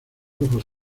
ojos